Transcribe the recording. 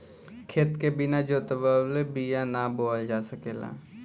खेत के बिना जोतवले बिया ना बोअल जा सकेला